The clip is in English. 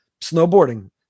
Snowboarding